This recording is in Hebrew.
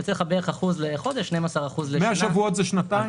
זה שנתיים.